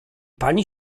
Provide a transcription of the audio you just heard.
pani